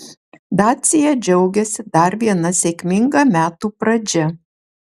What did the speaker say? dacia džiaugiasi dar viena sėkminga metų pradžia